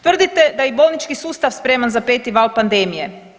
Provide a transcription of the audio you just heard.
Tvrdite da je i bolnički sustav spreman za peti val pandemije.